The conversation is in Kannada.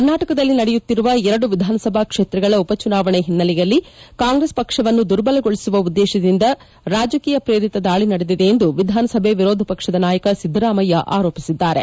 ಕರ್ನಾಟಕದಲ್ಲಿ ನಡೆಯುತ್ತಿರುವ ಎರಡು ವಿಧಾನಸಭಾ ಕ್ಷೇತ್ರಗಳ ಉಪಚುನಾವಣೆ ಒನ್ನೆಲೆಯಲ್ಲಿ ಕಾಂಗ್ರೆಸ್ ಪಕ್ಷವನ್ನು ದುರ್ಬಲಗೊಳಿಸುವ ಉದ್ದೇಶದಿಂದ ರಾಜಕೀಯ ಪ್ರೇರಿತ ದಾಳಿ ನಡೆದಿದೆ ಎಂದು ವಿಧಾನಸಭೆಯ ವಿರೋಧಪಕ್ಷದ ನಾಯಕ ಸಿದ್ದರಾಮಯ್ಯ ಆರೋಪಿಸಿದ್ದಾರೆ